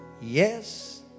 yes